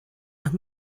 nach